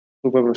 super